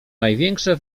największe